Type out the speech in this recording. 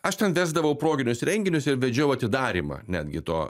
aš ten vesdavau proginius renginius ir vedžiau atidarymą netgi to